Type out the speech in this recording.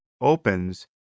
opens